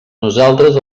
nosaltres